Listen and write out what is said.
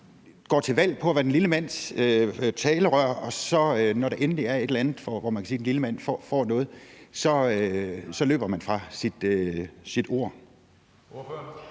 går til valg på at være den lille mands talerør, og når der så endelig er et eller andet, hvor man kan sige, at den lille mand får noget, så løber man fra sit ord.